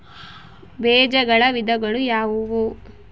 ಬೇಜಗಳ ವಿಧಗಳು ಯಾವುವು?